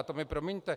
To mi promiňte.